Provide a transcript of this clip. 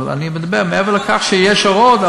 אבל אני מדבר מעבר לכך שיש הוראות,